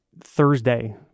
Thursday